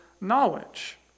knowledge